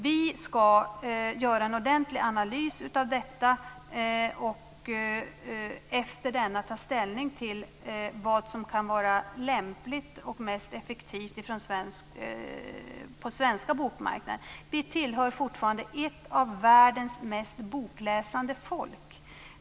Vi ska göra en ordentlig analys och efter denna ta ställning till vad som kan vara lämpligt och mest effektivt på den svenska bokmarknaden. Vi är fortfarande ett av världens mest bokläsande folk.